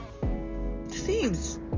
seems